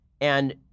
and-